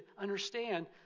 understand